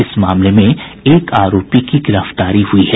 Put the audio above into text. इस मामले में एक आरोपी की गिरफ्तारी हुई है